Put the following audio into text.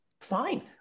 fine